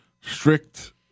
strict